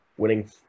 winning